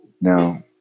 Now